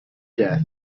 death